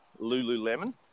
Lululemon